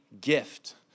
gift